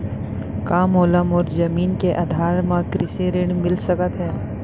का मोला मोर जमीन के आधार म कृषि ऋण मिलिस सकत हे?